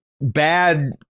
bad